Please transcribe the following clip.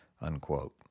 unquote